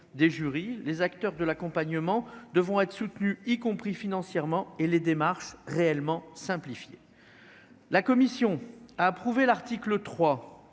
des jurys, les acteurs de l'accompagnement devront être soutenu, y compris financièrement et les démarches réellement simplifiées, la commission a approuvé l'article 3